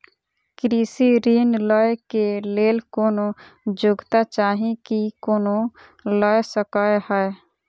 कृषि ऋण लय केँ लेल कोनों योग्यता चाहि की कोनो लय सकै है?